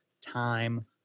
Time